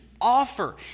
offer